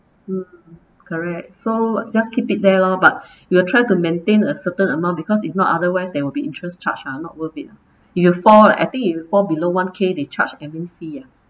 mm correct so just keep it there lor but you will try to maintain a certain amount because if not otherwise there will be interest charge ah not worth it if you fall I think you fall below one K they charge admin fee